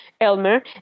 Elmer